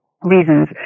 Reasons